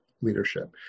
leadership